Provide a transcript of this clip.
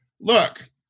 look